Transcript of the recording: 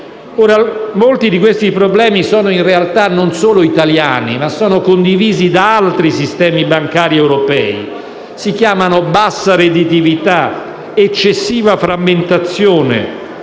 Molti di questi problemi in realtà sono non solo italiani, ma sono condivisi da altri sistemi bancari europei: si chiamano bassa redditività, eccessiva frammentazione,